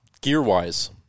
gear-wise